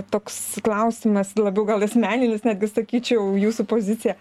toks klausimas labiau gal asmeninis netgi sakyčiau jūsų pozicija